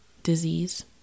Disease